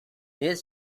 nel